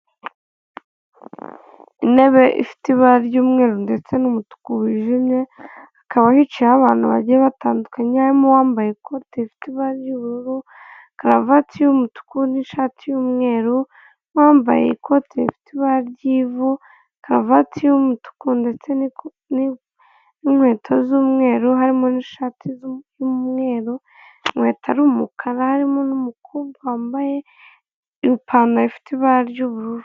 Intebe ifite ibara ry'umweru ndetse n'umutuku wijimye ikaba yicayeho abantu bagiye batandukanye uwambaye ikote rifite ibara ry'ubururu, karuvati y'umutuku, n'ishati y'umweru bambaye ikote rifite ibara ry'ivu, karuvati y'umutuku, ndetse n'inkweto z'umweru harimo n'ishati y'umweru inkweto ari umukara, harimo n'umukundu wambaye ipantaro ifite ibara ry'ubururu.